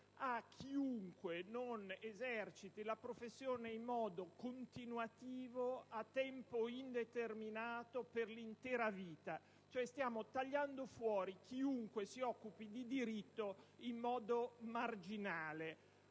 a chiunque non eserciti la professione in modo continuativo a tempo indeterminato per l'intera vita; cioè stiamo tagliando fuori chiunque si occupi di diritto in modo marginale.